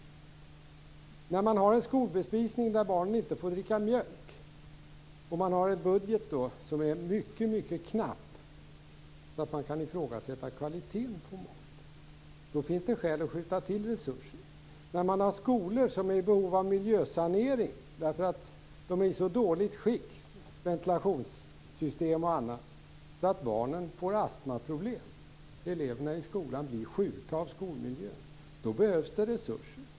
När man har en skolbespisning där barnen inte får dricka mjölk och en knapp budget som gör att kvaliteten på maten kan ifrågasättas, finns det skäl att skjuta till resurser. När man har skolor som är i behov av miljösanering på grund av att ventilationssystem och annat är i så dåligt skick att barnen får astmaproblem - eleverna blir sjuka av miljön i skolorna - behövs det resurser.